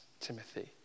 Timothy